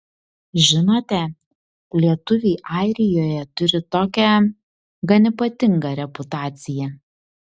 žinote lietuviai airijoje turi tokią gan ypatingą reputaciją